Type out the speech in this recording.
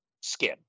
skin